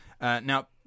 now